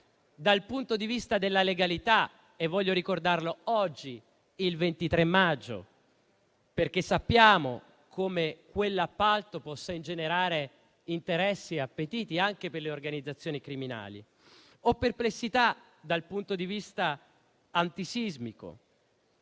dal punto di vista della legalità: voglio ricordarlo oggi, 23 maggio, perché sappiamo come quell'appalto possa ingenerare interessi e appetiti anche per le organizzazioni criminali. Ho perplessità dal punto di vista antisismico